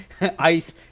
Ice